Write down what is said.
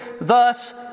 thus